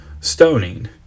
stoning